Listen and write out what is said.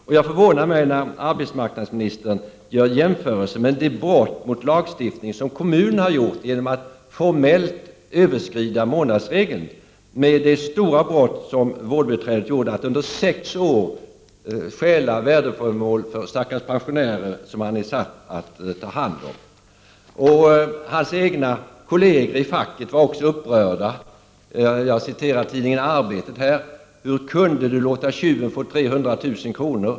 Det förvånar mig när arbetsmarknadsministern gör jämförelser mellan det brott mot lagstiftningen som kommunen har gjort genom att formellt överskrida månadsregeln och det stora brott som vårdbiträdet har gjort genom att under sex år stjäla värdeföremål från stackars pensionärer som han är satt att ta hand om. Hans egna kolleger i facket var också upprörda. Jag citerar tidningen Arbetet: ”Hur kunde du låta tjuven få 300 000 kr.?